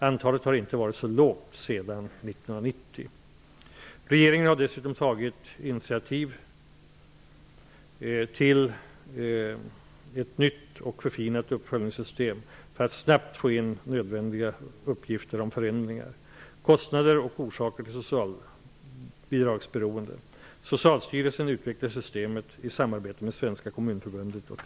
Antalet har inte varit så lågt sedan år 1990. Regeringen har dessutom tagit initiativ till ett nytt och förfinat uppföljningssystem för att snabbt få in nödvändiga uppgifter om förändringar, kostnader och orsaker till socialbidragsberoende. Socialstyrelsen utvecklar systemet i samarbete med